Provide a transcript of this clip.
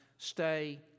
stay